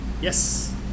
Yes